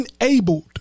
enabled